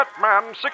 Batman